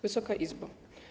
Wysoka Izbo!